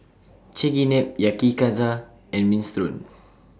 Chigenabe Yakizakana and Minestrone